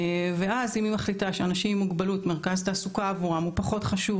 אם היא מחליטה שמרכז תעסוקה עבור אנשים עם מוגבלות פחות חשוב